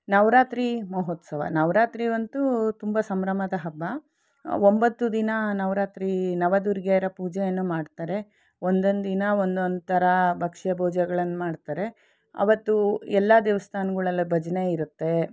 ನವರಾತ್ರಿ ಮಹೋತ್ಸವ ನವರಾತ್ರಿ ಅಂತೂ ತುಂಬ ಸಂಭ್ರಮದ ಹಬ್ಬ ಒಂಬತ್ತು ದಿನ ನವರಾತ್ರಿ ನವದುರ್ಗೆಯರ ಪೂಜೆಯನ್ನು ಮಾಡ್ತಾರೆ ಒಂದೊಂದು ದಿನ ಒಂದೊಂದು ಥರ ಭಕ್ಷ್ಯ ಭೋಜ್ಯಗಳನ್ನು ಮಾಡ್ತಾರೆ ಆವತ್ತು ಎಲ್ಲ ದೇವಸ್ಥಾನಗಳಲ್ಲಿ ಭಜನೆಯಿರತ್ತೆ